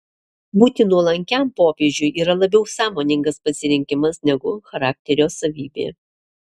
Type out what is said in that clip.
būti nuolankiam popiežiui yra labiau sąmoningas pasirinkimas negu charakterio savybė